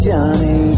Johnny